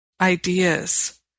ideas